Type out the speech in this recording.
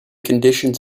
conditions